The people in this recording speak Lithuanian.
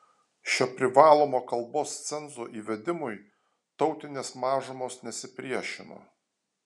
šio privalomo kalbos cenzo įvedimui tautinės mažumos nesipriešino